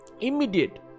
Immediate